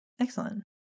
Excellent